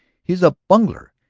he is a bungler.